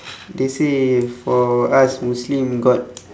they say for us muslim got